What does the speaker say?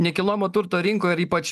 nekilnojamo turto rinkoj ir ypač